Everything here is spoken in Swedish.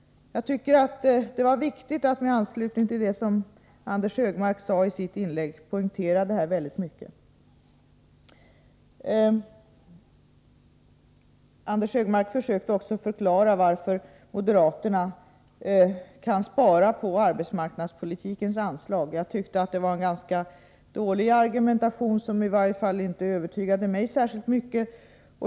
Jag tyckte det var viktigt att i anslutning till det som Anders Högmark sade i sitt inlägg poängtera det här. Anders Högmark försökte också förklara varför moderaterna kan spara på arbetsmarknadspolitikens anslag. Jag tyckte att det var en ganska dålig argumentation, som i varje fall inte övertygade mig särskilt mycket.